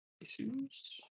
issues